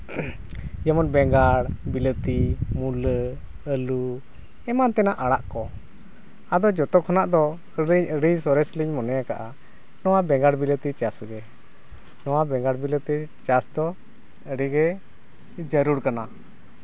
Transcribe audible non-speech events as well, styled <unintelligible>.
ᱡᱮᱢᱚᱱ ᱵᱮᱸᱜᱟᱲ ᱵᱤᱞᱟᱹᱛᱤ ᱢᱩᱞᱟᱹ ᱟᱹᱞᱩ ᱮᱢᱟᱱ ᱛᱮᱱᱟᱜ ᱚᱲᱟᱜ ᱠᱚ ᱟᱫᱚ ᱡᱚᱛᱚ ᱠᱷᱚᱱᱟᱜ ᱫᱚ <unintelligible> ᱟᱹᱰᱤ ᱥᱚᱨᱮᱥ ᱞᱤᱧ ᱢᱚᱱᱮ ᱠᱟᱜᱼᱟ ᱱᱚᱣᱟ ᱵᱮᱸᱜᱟᱲ ᱵᱤᱞᱟᱹᱛᱤ ᱪᱟᱥ ᱜᱮ ᱱᱚᱣᱟ ᱵᱮᱸᱜᱟᱲ ᱵᱤᱞᱟᱹᱛᱤ ᱪᱟᱥ ᱫᱚ ᱟᱹᱰᱤᱜᱮ ᱡᱟᱹᱨᱩᱲ ᱠᱟᱱᱟ